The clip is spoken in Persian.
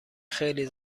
خیلی